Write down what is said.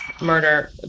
murder